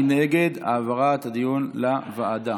מי נגד העברת הדיון לוועדה?